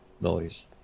noise